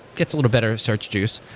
gets a little better search juice.